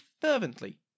fervently